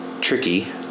tricky